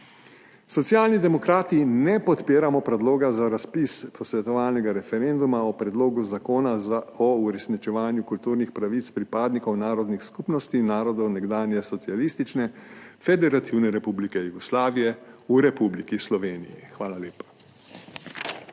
Socialni demokrati ne podpiramo Predloga za razpis posvetovalnega referenduma o Predlogu zakona o uresničevanju kulturnih pravic pripadnikov narodnih skupnosti narodov nekdanje Socialistične federativne Republike Jugoslavije v Republiki Sloveniji. Hvala lepa.